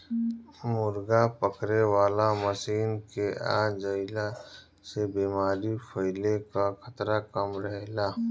मुर्गा पकड़े वाला मशीन के आ जईला से बेमारी फईले कअ खतरा कम रहेला